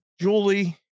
Julie